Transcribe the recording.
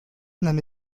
nenne